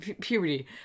puberty